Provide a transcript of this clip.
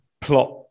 plot